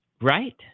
right